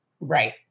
Right